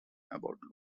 about